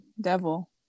devil